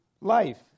life